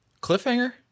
Cliffhanger